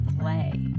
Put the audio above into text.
Play